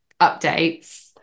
updates